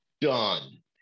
done